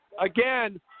Again